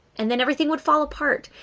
and then everything would fall apart.